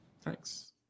Thanks